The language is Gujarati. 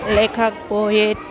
લેખક પોએટ